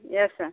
yes sir